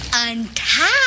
Untie